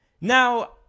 Now